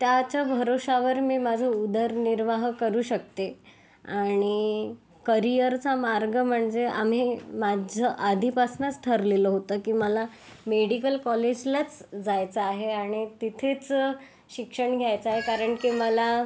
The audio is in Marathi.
त्याच्या भरवशावर मी माझा उदरनिर्वाह करू शकते आणि करियरचा मार्ग म्हणजे आम्ही माझं आधीपासनंच ठरलेलं होतं की मला मेडिकल कॉलेजलाच जायचं आहे आणि तिथेच शिक्षण घ्यायचं आहे कारण की मला